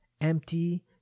Empty